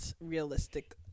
realistic